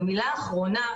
במילה אחרונה,